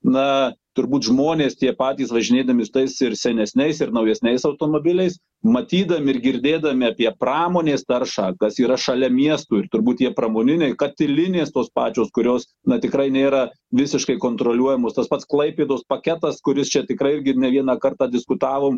na turbūt žmonės tie patys važinėdami su tais ir senesniais ir naujesniais automobiliais matydami ir girdėdami apie pramonės taršą kas yra šalia miestų ir turbūt tie pramoniniai katilinės tos pačios kurios na tikrai nėra visiškai kontroliuojamos tas pats klaipėdos paketas kuris čia tikrai irgi ne vieną kartą diskutavom